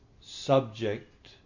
subject